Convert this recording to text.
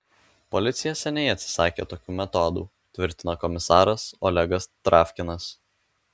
policija seniai atsisakė tokių metodų tvirtino komisaras olegas travkinas